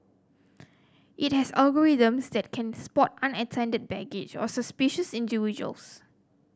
it has algorithms that can spot unattended baggage or suspicious individuals